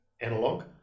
analog